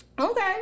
Okay